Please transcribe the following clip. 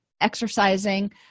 exercising